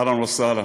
אהלן וסהלן,